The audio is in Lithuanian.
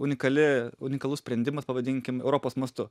unikali unikalus sprendimas pavadinkim europos mastu